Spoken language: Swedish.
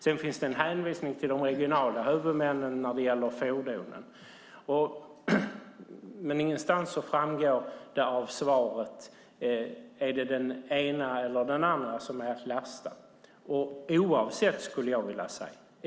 Det finns en hänvisning till de regionala huvudmännen när det gäller fordonen. Men ingenstans framgår det av svaret: Är det den ena eller den andra som är att lasta?